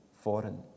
foreign